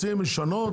רוצים לשנות